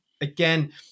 again